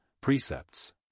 Precepts